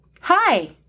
Hi